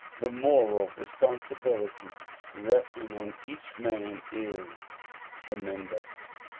the moral respon sibility resting on each man is tremendous.